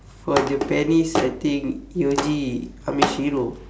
for japanese I think yuji kamishiro